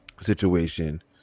situation